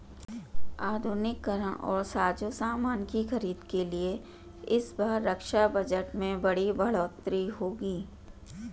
आधुनिकीकरण और साजोसामान की खरीद के लिए इस बार रक्षा बजट में बड़ी बढ़ोतरी होगी